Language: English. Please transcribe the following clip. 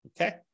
Okay